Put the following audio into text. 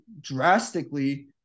drastically